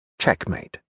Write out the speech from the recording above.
Checkmate